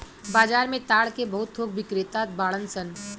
बाजार में ताड़ के बहुत थोक बिक्रेता बाड़न सन